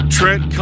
Trent